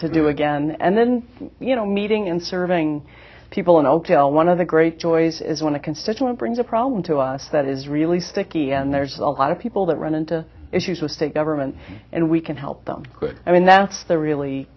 to do again and then you know meeting and serving people in oakdale one of the great joys is when a constituent brings a problem to us that is really sticky and there's a lot of people that run into issues with state government and we can help them i mean that's the really